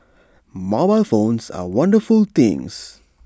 mobile phones are wonderful things